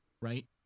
right